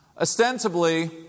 Ostensibly